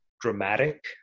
dramatic